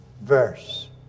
Verse